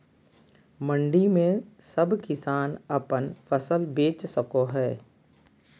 मंडी में सब किसान अपन फसल बेच सको है?